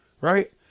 right